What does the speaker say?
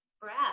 breath